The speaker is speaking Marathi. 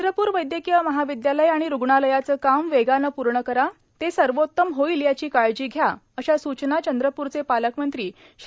चंद्रप्र वैदयकीय महाविदयालय आणि रुग्णालयाचे काम वेगाने पूर्ण करा ते सर्वोत्तम होईल याची काळजी घ्या अशा सूचना चंद्रपूरचे पालकमंत्री श्री